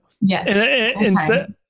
Yes